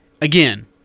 again